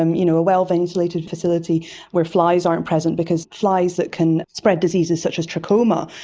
um you know, a well ventilated facility where flies aren't present because flies that can spread diseases such as trachoma,